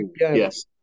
yes